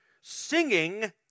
Singing